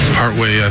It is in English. partway